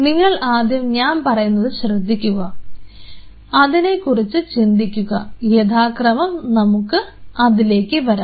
നിങ്ങൾ ആദ്യം ഞാൻ പറയുന്നത് ശ്രദ്ധിക്കുക അതിനെക്കുറിച്ച് ചിന്തിക്കുക യഥാക്രമം നമുക്ക് അതിലേക്ക് വരാം